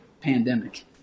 pandemic